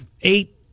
eight